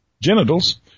genitals